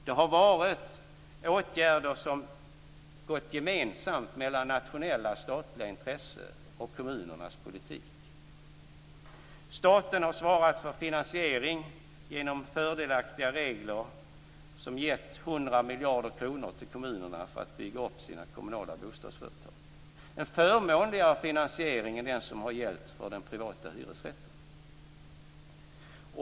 Det har varit åtgärder som gått gemensamt mellan nationella statliga intressen och kommunernas politik. Staten har svarat för finansiering genom fördelaktiga regler som gett kommunerna 100 miljarder kronor för att bygga upp sina kommunala bostadsföretag - en förmånligare finansiering än den som har gällt för den privata hyresrätten.